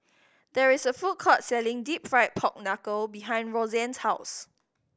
there is a food court selling Deep Fried Pork Knuckle behind Rosann's house